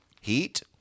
heat-